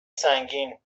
سنگین